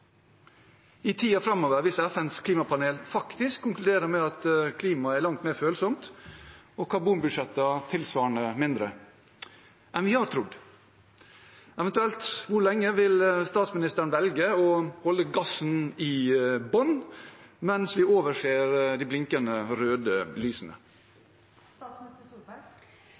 i tiden framover hvis FNs klimapanel faktisk konkluderer med at klimaet er langt mer følsomt og karbonbudsjettene tilsvarende mindre enn vi har trodd? Eventuelt hvor lenge vil statsministeren velge å holde gassen i bånn mens hun overser de blinkende røde